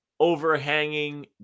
overhanging